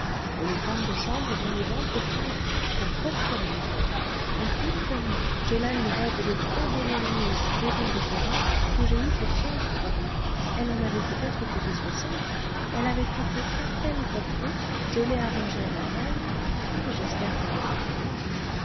et les femmes de chambre vont les vendre au temple pour presque rien ainsi tenez j'ai là une robe de très-beau mérinos raisin de corinthe que j'ai eue pour quinze francs elle en avait peut-être coûté soixante elle avait été à peine portée je l'ai arrangée à ma taille et j'espère qu'elle me fait honneur